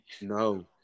No